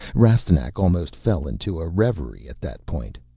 rastignac almost fell into a reverie at that point.